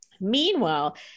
meanwhile